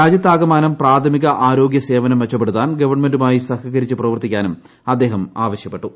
രാജ്യത്താകമാനം പ്രാഥമിക ആരോഗ്യ സേവനം മെച്ചപ്പെടുത്താൻ ഗവൺമെന്റുമായി സഹകരിച്ചു പ്രവർത്തിക്കാനും അദ്ദേഹം ആവശ്യപ്പെട്ടു